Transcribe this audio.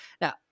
Now